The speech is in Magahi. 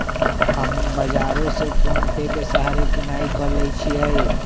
हम बजारो से फोनेपे के सहारे किनाई क लेईछियइ